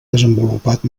desenvolupat